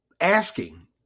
asking